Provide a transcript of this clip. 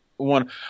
One